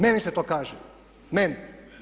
Meni se to kaže, meni.